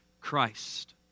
Christ